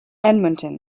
edmonton